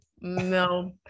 no